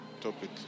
topic